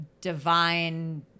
divine